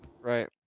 Right